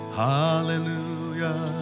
hallelujah